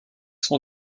sont